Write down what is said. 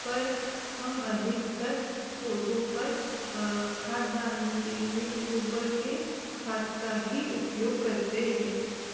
पर हम अधिकतर पौधों पर खाद डालने के लिए गोबर के खाद का ही उपयोग करते हैं